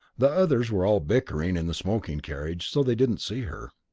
the others were all bickering in the smoking carriage, so they didn't see her.